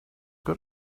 got